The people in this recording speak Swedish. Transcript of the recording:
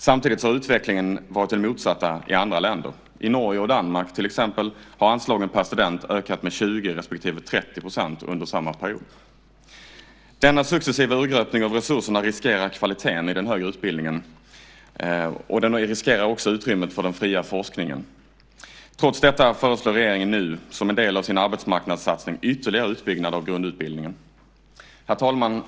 Samtidigt har utvecklingen varit den motsatta i andra länder. I Norge och Danmark har till exempel anslagen per student ökat med 20 % respektive 30 % under samma period. Denna successiva urgröpning av resurserna riskerar kvaliteten i den högre utbildningen, och den riskerar också utrymmet för den fria forskningen. Trots detta föreslår regeringen nu som en del av sin arbetsmarknadssatsning ytterligare utbyggnad av grundutbildningen. Herr talman!